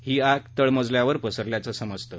ही आग मूळ मजल्यावर पसरल्याचं समजतं